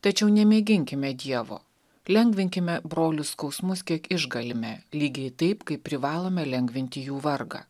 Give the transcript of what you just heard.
tačiau nemėginkime dievo lengvinkime brolių skausmus kiek išgalime lygiai taip kaip privalome lengvinti jų vargą